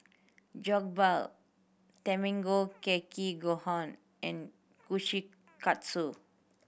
Jokbal Tamago Kake Gohan and Kushikatsu